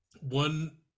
One